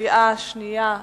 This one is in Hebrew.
קריאה שנייה ושלישית.